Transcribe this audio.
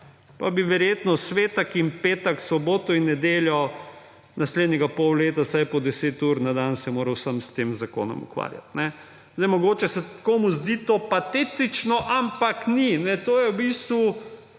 bi se verjetno svetek in petek, soboto in nedeljo naslednjega pol leta vsaj po 10 ur na dan moral samo s tem zakonom ukvarjati. Mogoče se komu zdi to patetično, ampak ni. To je v bistvu